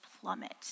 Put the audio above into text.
plummet